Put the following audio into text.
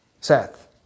Seth